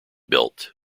built